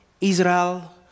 Israel